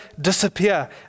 disappear